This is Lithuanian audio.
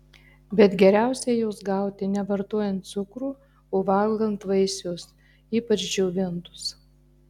bet geriausiai jos gauti ne vartojant cukrų o valgant vaisius ypač džiovintus